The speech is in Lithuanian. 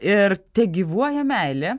ir tegyvuoja meilė